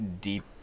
deep